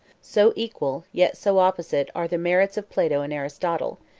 so equal, yet so opposite, are the merits of plato and aristotle,